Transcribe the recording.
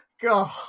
God